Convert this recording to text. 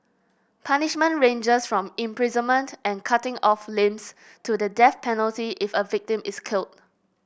punishment ranges from imprisonment and cutting off limbs to the death penalty if a victim is killed